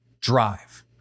drive